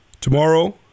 Tomorrow